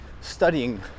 studying